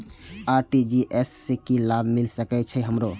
RTGS से की लाभ मिल सके छे हमरो?